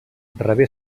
rebé